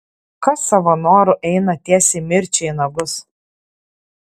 kas savo noru eina tiesiai mirčiai į nagus